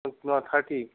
অঁ থাৰ্টী